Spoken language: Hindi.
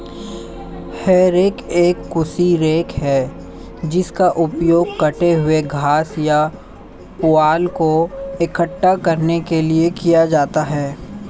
हे रेक एक कृषि रेक है जिसका उपयोग कटे हुए घास या पुआल को इकट्ठा करने के लिए किया जाता है